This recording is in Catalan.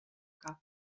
cap